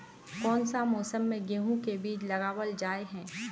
कोन सा मौसम में गेंहू के बीज लगावल जाय है